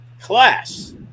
class